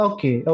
Okay